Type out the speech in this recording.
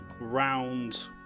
round